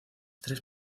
tres